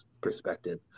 perspective